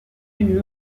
une